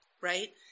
Right